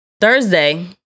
Thursday